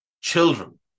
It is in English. children